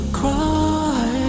cry